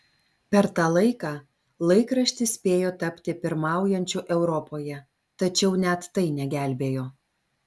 per tą laiką laikraštis spėjo tapti pirmaujančiu europoje tačiau net tai negelbėjo